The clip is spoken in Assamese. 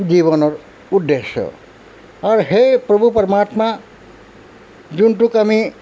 জীৱনৰ উদ্দেশ্য আৰু সেই প্ৰভু পৰ্মাত্মা যোনটোক আমি